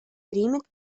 примет